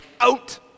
Out